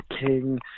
King